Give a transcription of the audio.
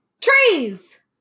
trees